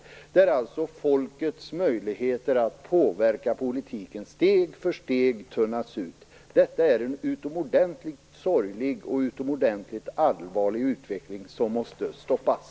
Detta innebär att folkets möjligheter att påverka politiken steg för steg tunnas ut, och det är en utomordentligt sorglig och utomordentligt allvarlig utveckling, som måste stoppas.